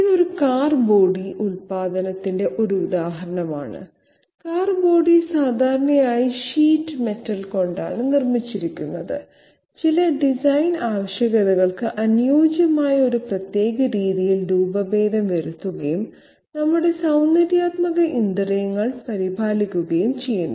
ഇത് ഒരു car body ഉൽപ്പാദനത്തിന്റെ ഒരു ഉദാഹരണമാണ് കാർ ബോഡി സാധാരണയായി ഷീറ്റ് മെറ്റൽ കൊണ്ടാണ് നിർമ്മിച്ചിരിക്കുന്നത് ചില ഡിസൈൻ ആവശ്യകതകൾക്ക് അനുയോജ്യമായ ഒരു പ്രത്യേക രീതിയിൽ രൂപഭേദം വരുത്തുകയും നമ്മുടെ സൌന്ദര്യാത്മക ഇന്ദ്രിയങ്ങൾ പരിപാലിക്കുകയും ചെയ്യുന്നു